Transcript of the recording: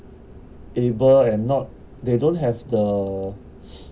able and not they don't have the